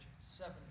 seven